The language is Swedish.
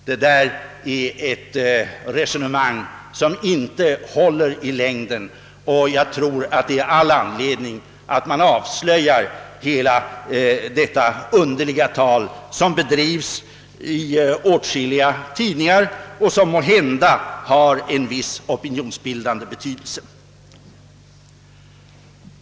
Det är ett tal som inte håller i längden, och jag tror att det finns all anledning att avslöja hela detta underliga resonemang som förs i åtskilliga tidningar och som måhända har en viss opinionsbildande betydelse.